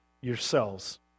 yourselves